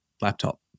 laptop